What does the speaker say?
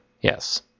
Yes